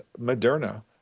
Moderna